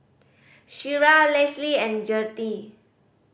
Shira Lesly and Gertie